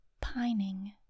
pining